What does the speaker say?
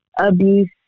abuse